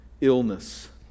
illness